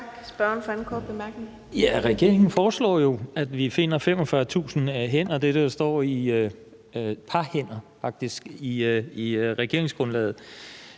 (V): Regeringen foreslår jo, at vi finder 45.000 par hænder. Det er det, der står i regeringsgrundlaget.